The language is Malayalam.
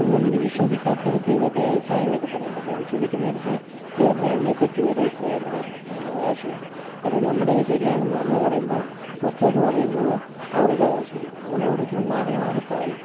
ഒന്നും വിശ്വസിക്കാത്തവർക്ക് ഇതൊക്കെ അഭിപ്രായങ്ങളൊക്കെ പറയാം പക്ഷെ വിശ്വസിക്കുന്നവർക്ക് വേറൊരാളിനെപ്പറ്റി ഒരഭിപ്രായവും പറയാൻ ആവകാശമില്ല അത് നമ്മുടെ ശരിയാണെന്ന് നമ്മൾ പറയുമ്പോൾ മറ്റവർ പറയുന്നത് അവരുടേതാണ് ശരിയെന്ന അങ്ങനെ ഓരോരുത്തരും മാറി മാറി പറയും